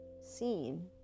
seen